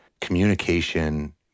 communication